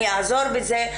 אני אעזור בזה,